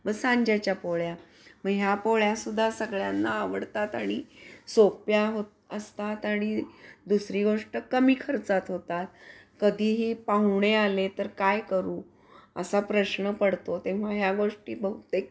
मग सांज्याच्या पोळ्या मग ह्या पोळ्या सुद्धा सगळ्यांना आवडतात आणि सोप्या होत असतात आणि दुसरी गोष्ट कमी खर्चात होतात कधीही पाहुणे आले तर काय करू असा प्रश्न पडतो तेव्हा ह्या गोष्टी बहुतेक